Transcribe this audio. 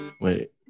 Wait